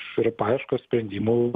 yra paieškos sprendimų